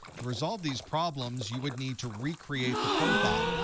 to resolve these problems, you would need to recreate the profile.